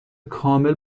کامل